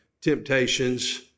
temptations